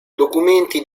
documenti